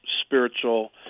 spiritual